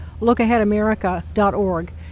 lookaheadamerica.org